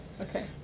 okay